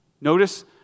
Notice